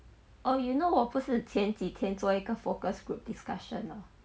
oh you know 我不是前几天做一个 focus group discussion lor